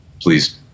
Please